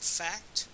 fact